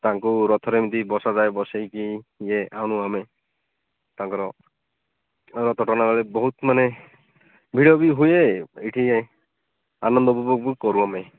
ତାଙ୍କୁ ରଥରେ ଯମିତି ବସାଯାଏ ବସେଇକି ଇଏ ଆଣୁ ଆମେ ତାଙ୍କର ରଥ ଟଣା ବେଳେ ବହୁତ ମାନେ ଭିଡ଼ ବି ହୁଏ ଏଠି ଆନନ୍ଦପୂର୍ବକ କରୁ ଆମେ